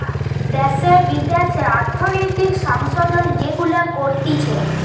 দ্যাশে বিদ্যাশে অর্থনৈতিক সংশোধন যেগুলা করতিছে